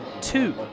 two